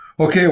Okay